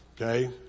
okay